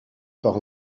par